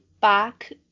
back